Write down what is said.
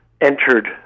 entered